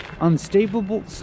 unstable